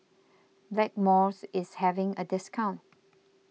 Blackmores is having a discount